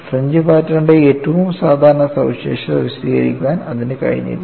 fringe പാറ്റേണിന്റെ ഏറ്റവും സാധാരണ സവിശേഷത വിശദീകരിക്കാൻ ഇതിന് കഴിഞ്ഞില്ല